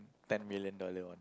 ten million dollar on